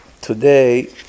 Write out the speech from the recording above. Today